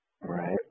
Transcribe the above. right